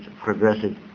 progressive